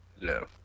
No